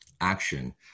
action